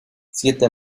siete